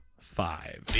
five